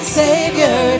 savior